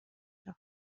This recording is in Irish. seo